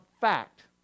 fact